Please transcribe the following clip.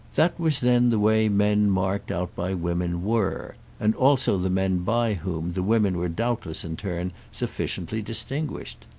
that was then the way men marked out by women were and also the men by whom the women were doubtless in turn sufficiently distinguished.